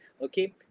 okay